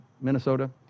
Minnesota